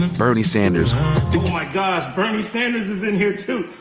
and bernie sanders my god. bernie sanders is in here too.